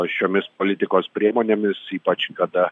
šiomis politikos priemonėmis ypač kada